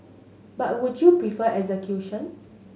but would you prefer execution